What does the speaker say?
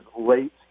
late